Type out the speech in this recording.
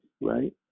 right